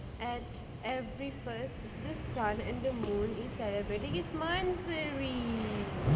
at every first the sun and the moon is celebrating its monthsary